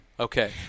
Okay